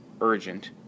urgent